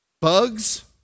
Bugs